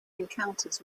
encounters